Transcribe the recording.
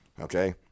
okay